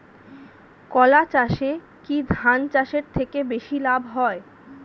কলা চাষে কী ধান চাষের থেকে বেশী লাভ হয়?